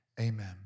Amen